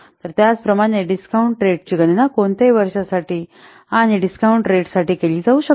तर त्याचप्रमाणे डिस्कॉऊंन्ट रेटची गणना कोणत्याही वर्षासाठी आणि डिस्कॉऊंन्ट रेट साठी केली जाऊ शकते